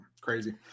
crazy